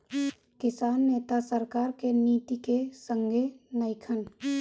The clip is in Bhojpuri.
किसान नेता सरकार के नीति के संघे नइखन